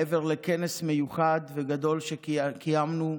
מעבר לכנס מיוחד וגדול שקיימנו,